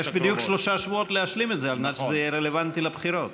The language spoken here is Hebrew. יש בדיוק שלושה שבועות להשלים את זה על מנת שזה יהיה רלוונטי לבחירות.